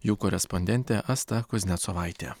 jų korespondentė asta kuznecovaitė